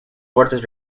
fuertes